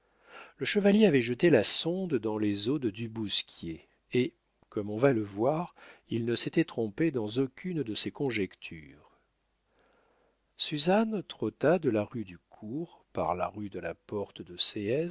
le chevalier avait jeté la sonde dans les eaux de du bousquier et comme on va le voir il ne s'était trompé dans aucune de ses conjectures suzanne trotta de la rue du cours par la rue de la porte de